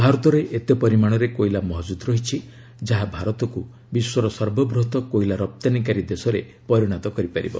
ଭାରତରେ ଏତେ ପରିମାଣରେ କୋଇଲା ମହକୁଦ୍ ରହିଛି ଯାହା ଭାରତକୁ ବିଶ୍ୱର ସର୍ବବୃହତ କୋଇଲା ରପ୍ତାନୀକାରୀ ଦେଶରେ ପରିଣତ କରିପାରିବ